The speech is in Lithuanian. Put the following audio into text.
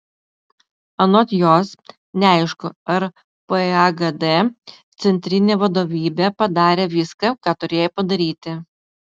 anot jos neaišku ar pagd centrinė vadovybė padarė viską ką turėjo padaryti